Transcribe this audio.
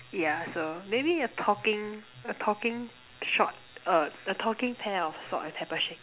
yeah so maybe a talking a talking shot uh a talking pair of salt and pepper shakers